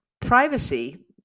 privacy